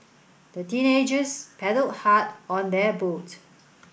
the teenagers paddled hard on their boat